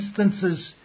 instances